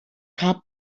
cup